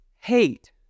hate